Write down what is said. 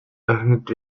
öffnet